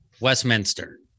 westminster